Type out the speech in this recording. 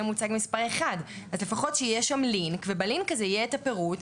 מוצג מס' 1. אז לפחות שיהיה שם לינק ובלינק הזה יהיה את הפירוט,